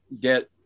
get